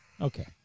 Okay